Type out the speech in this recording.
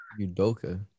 udoka